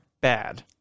bad